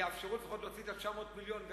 יאפשרו לפחות להוציא את 900 מיליון השקלים.